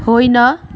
होइन